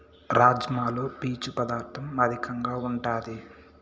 రాజ్మాలో పీచు పదార్ధం అధికంగా ఉంటాది